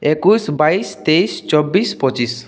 একুশ বাইশ তেইশ চব্বিশ পঁচিশ